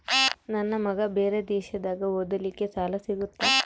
ನನ್ನ ಮಗ ಬೇರೆ ದೇಶದಾಗ ಓದಲಿಕ್ಕೆ ಸಾಲ ಸಿಗುತ್ತಾ?